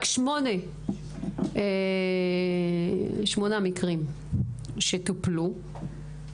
רק 8 מקרים טופלו,